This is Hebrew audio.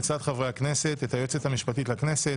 לצד חברי הכנסת את היועצת המשפטית לכנסת,